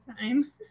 time